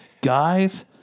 Guys